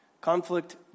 Conflict